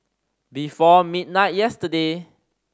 before midnight yesterday